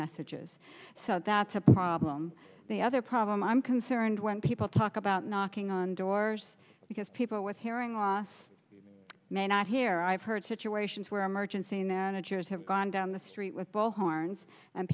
messages so that's a problem the other problem i'm concerned when people talk about knocking on doors because people with hearing loss may not hear i've heard situations where emergency managers have gone down the street with bullhorns and